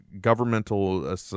governmental